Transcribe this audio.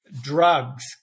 drugs